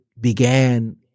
began